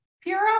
pure